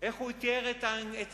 איך הוא תיאר את התקציב?